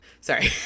Sorry